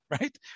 right